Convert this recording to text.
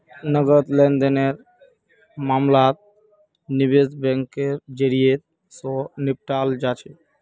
नकद लेन देनेर मामला निवेश बैंकेर जरियई, स निपटाल जा छेक